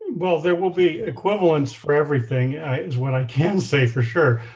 well, there will be equivalents for everything is what i can say for sure,